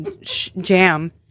jam